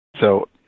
So-